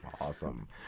Awesome